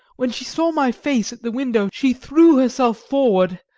when she saw my face at the window she threw herself forward,